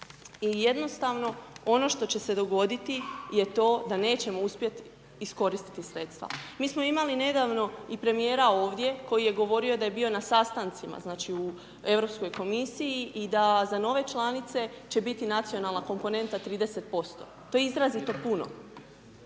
i jednostavno ono što će se dogoditi je to da nećemo uspjeti iskoristiti sredstva. Mi smo imali nedavno i Premijera ovdje, koji je govorio da je bio na sastancima, znači, u Europskoj komisiji, i da za nove članice će biti Nacionalna komponenta 30%, to je izrazito puno.